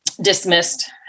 dismissed